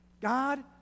God